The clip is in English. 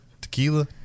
tequila